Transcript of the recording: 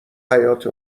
حیاط